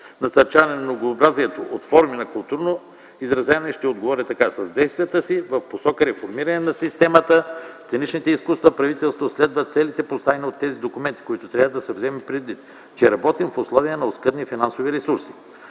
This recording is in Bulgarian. насърчаване на многообразието от форми на културно изразено и ще отговоря така. С действията си в посока реформиране на системата сценичните изкуства, правителството следва целите, поставени от тези документи, което трябва да се вземе предвид, че работим в условия на оскъдни финансови ресурси.